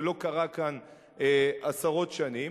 ולא קרה כאן עשרות שנים.